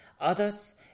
Others